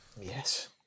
Yes